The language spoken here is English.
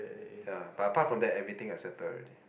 yeah but apart from that everything I settle already